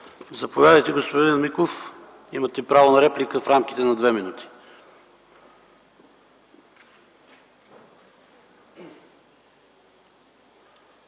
ШОПОВ: Господин Миков, имате право на реплика в рамките на две минути.